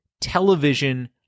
television